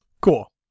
Cool